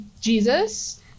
Jesus